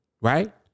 Right